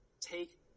take